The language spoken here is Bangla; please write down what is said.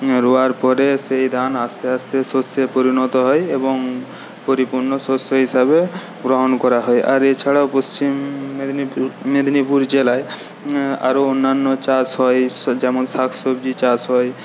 রোয়ার পরেই সেই ধান আস্তে আস্তে শস্যে পরিণত হয় এবং পরিপূর্ণ শস্য হিসেবে গ্রহণ করা হয় আর এছাড়াও পশ্চিম মেদিনীপুর মেদিনীপুর জেলায় আরো অন্যান্য চাষ হয় যেমন শাকসবজি চাষ হয়